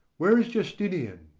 where is justinian?